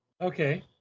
Okay